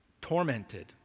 tormented